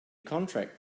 contract